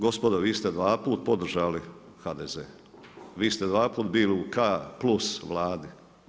Gospodo vi ste dva puta podržali HDZ, vi ste dva puta bili u K+ Vladi.